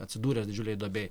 atsidūręs didžiulėj duobėj